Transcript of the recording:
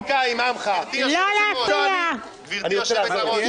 גברתי יושבת-הראש,